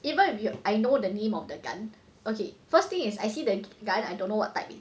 even if you I know the name of the gun okay first thing is I see the guy I don't know what type